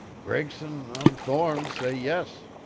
gregson um thorne say yes.